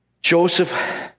Joseph